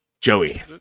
Joey